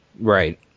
Right